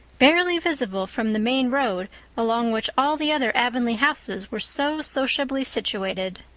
barely visible from the main road along which all the other avonlea houses were so sociably situated.